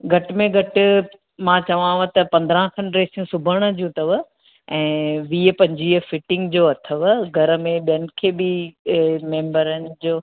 घटि में घटि मां चवांव त पंदरहां खनि ड्रेसियूं सुबण जूं अथव ऐं वीह पंजवीह फिटिंग जो अथव घर में ॿियनि खे बि ऐ मेम्बरनि जो